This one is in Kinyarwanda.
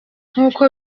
nk’uko